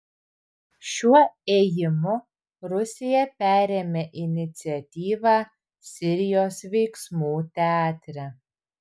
šiuo ėjimu rusija perėmė iniciatyvą sirijos veiksmų teatre